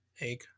egg